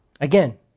Again